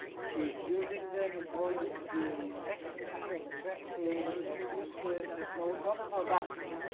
she is using them in order to be sexy and attractive and useless and not not productive.